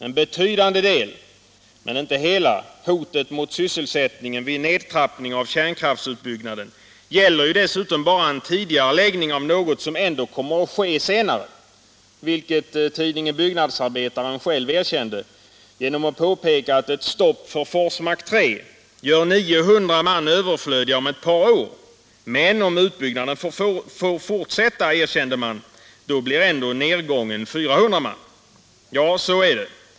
En betydande del av — men inte hela — hotet mot sysselsättningen vid en nedtrappning av kärnkraftsutbyggnaden gäller ju dessutom bara en tidigareläggning av något som ändå kommer att ske senare, vilket tidningen Byggnads arbetaren själv erkänner genom att påpeka att ett stopp för Forsmark 3 gör 900 man överflödiga om ett par år, men om utbyggnaden får fortsätta blir nedgången ändå 400 man. Ja, så är det.